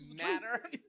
matter